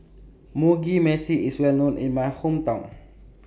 Mugi Meshi IS Well known in My Hometown